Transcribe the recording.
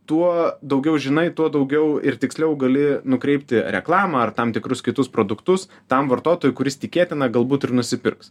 tuo daugiau žinai tuo daugiau ir tiksliau gali nukreipti reklamą ar tam tikrus kitus produktus tam vartotojui kuris tikėtina galbūt ir nusipirks